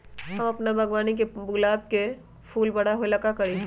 हम अपना बागवानी के गुलाब के फूल बारा होय ला का करी?